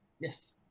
Yes